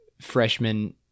freshman